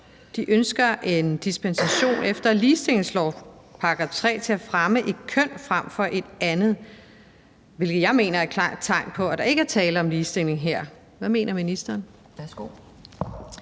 ønsker en dispensation efter ligestillingslovens § 3 til at fremme et køn frem for et andet, hvilket jeg mener er et klart tegn på, at der ikke er tale om ligestilling her. Hvad mener ministeren? Kl.